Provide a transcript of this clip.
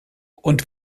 und